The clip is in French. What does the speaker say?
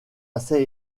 assez